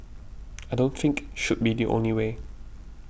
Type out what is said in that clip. I don't think should be the only way